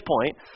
point